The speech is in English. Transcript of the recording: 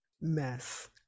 Mess